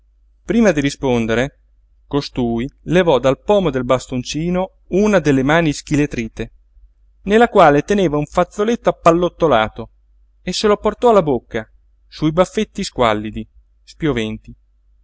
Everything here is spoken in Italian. prima di rispondere costui levò dal pomo del bastoncino una delle mani ischeletrite nella quale teneva un fazzoletto appallottolato e se la portò alla bocca su i baffetti squallidi spioventi